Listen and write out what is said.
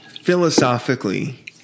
philosophically